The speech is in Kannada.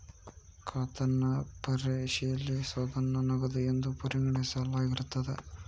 ಖಾತನ್ನ ಪರಿಶೇಲಿಸೋದನ್ನ ನಗದು ಎಂದು ಪರಿಗಣಿಸಲಾಗಿರ್ತದ